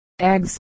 eggs